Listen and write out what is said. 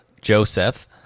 Joseph